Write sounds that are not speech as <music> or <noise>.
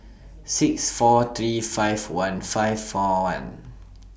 six four three five one five four one <noise>